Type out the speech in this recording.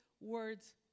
words